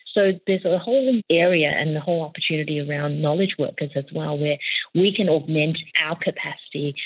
so there's a whole area and a whole opportunity around knowledge workers as well where we can augment our capacity,